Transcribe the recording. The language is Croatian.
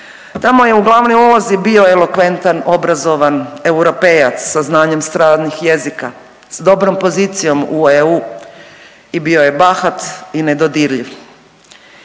Tamo je u glavnoj ulozi bio elokventan obrazovan europejac sa znanjem stranih jezika, s dobrom pozicijom u EU i bio je bahat i nedodirljiv,